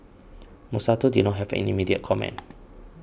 Monsanto did not have an immediate comment